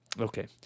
Okay